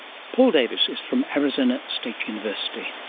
paul davies is from arizona state university.